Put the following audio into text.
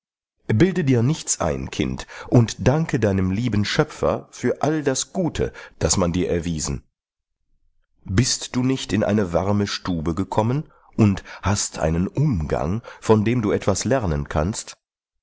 bilde dir nichts ein kind und danke deinem lieben schöpfer für all das gute das man dir erwiesen bist du nicht in eine warme stube gekommen und hast einen umgang von dem du etwas lernen kannst